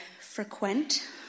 frequent